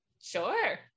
Sure